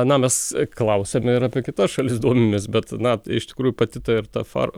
na mes klausėme ir apie kitas šalis domimės bet na iš tikrųjų pati ta ir ta far